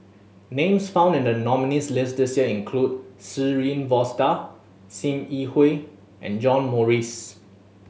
names found in the nominees' list this year include Shirin Fozdar Sim Yi Hui and John Morrice